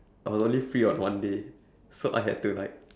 I was only free on one day so I had to like